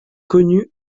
connue